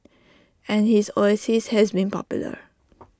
and his oasis has been popular